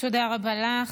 תודה רבה לך.